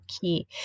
key